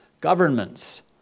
governments